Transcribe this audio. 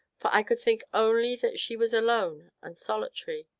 for i could think only that she was alone and solitary,